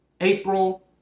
April